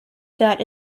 that